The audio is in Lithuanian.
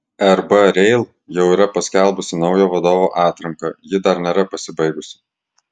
rb rail jau yra paskelbusi naujo vadovo atranką ji dar nėra pasibaigusi